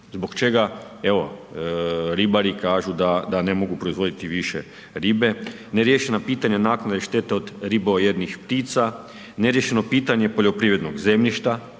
Zbog čega, evo ribari kažu da ne mogu proizvoditi više ribe, neriješena pitanja naknade štete od ribojednih ptica, ne riješeno pitanje poljoprivrednog zemljišta.